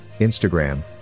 Instagram